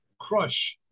crush